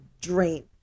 drain